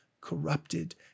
corrupted